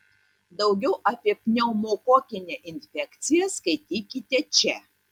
daugiau apie pneumokokinę infekciją skaitykite čia